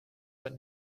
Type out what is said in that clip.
but